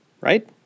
right